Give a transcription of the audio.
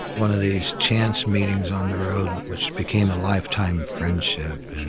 one of these chance meetings on the road, and which became a lifetime friendship and